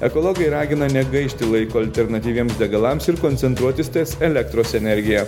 ekologai ragina negaišti laiko alternatyviems degalams ir koncentruotis ties elektros energija